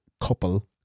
couple